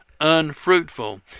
unfruitful